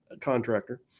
contractor